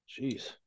Jeez